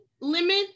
limit